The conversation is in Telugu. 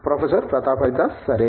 ప్రొఫెసర్ ప్రతాప్ హరిదాస్ సరే